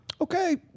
okay